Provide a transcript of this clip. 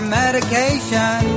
medication